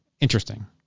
interesting